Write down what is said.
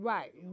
Right